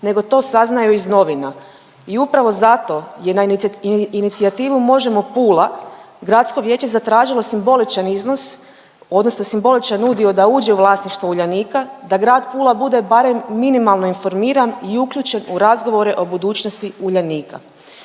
nego to saznaju iz novina i upravo zato je na inicijativu Možemo! Pula gradsko vijeće zatražilo simboličan iznos odnosno simboličan udio da uđe u vlasništvo Uljanika, da grad Pula bude barem minimalno informiran i uključen u razgovore o budućnosti Uljanika.